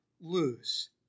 lose